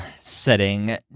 setting